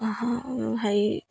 হ হেৰি